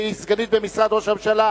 והיא סגנית במשרד ראש הממשלה,